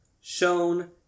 shown